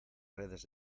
redes